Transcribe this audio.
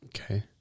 Okay